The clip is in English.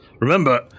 Remember